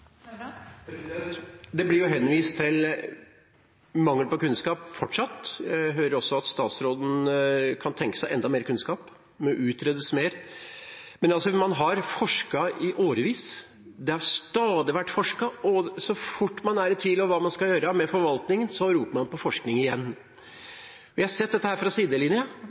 rekrutteringen. Det blir fortsatt henvist til mangel på kunnskap. Jeg hører også at statsråden kan tenke seg enda mer kunnskap – at det utredes mer. Man har forsket i årevis. Det har stadig vært forsket, men så fort man er i tvil om hva man skal gjøre med forvaltningen, roper man på forskning igjen. Jeg har sett dette fra sidelinja,